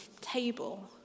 table